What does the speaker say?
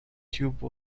tube